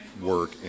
work